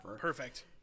perfect